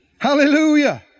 Hallelujah